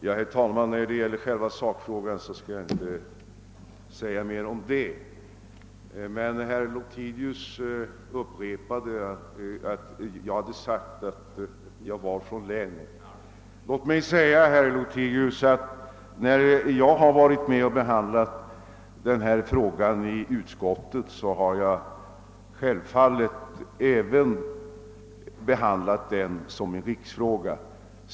Herr talman! I själva sakfrågan skall jag inte säga något mera. Herr Lothigius åberopade att jag hade sagt att jag var från Skaraborgs län. När jag har varit med om att behandla denna fråga i utskottet har jag självfallet behandlat den som en riksfråga.